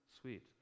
sweet